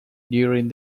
during